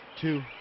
two